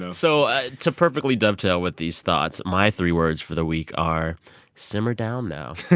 and so ah to perfectly dovetail with these thoughts, my three words for the week are simmer down now.